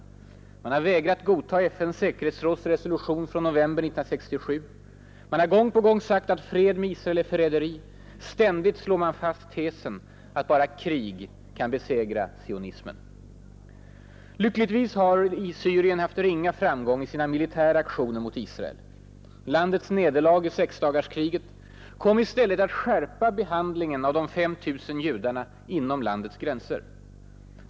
Man har vägrat godta FN:s säkerhetsråds resolution från november 1967. Man har gång på gång sagt att fred med Israel är förräderi. Ständigt slår man fast tesen att bara krig kan besegra sionismen. Lyckligtvis har Syrien haft ringa framgång i sina militära aktioner mot Israel. Men landets nederlag i sexdagarskriget kom att skärpa behand lingen av de 5 000 judarna inom landets gränser.